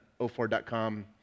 O4.com